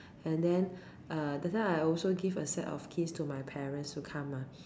and then uh that time I also give a set of keys to my parents to come lah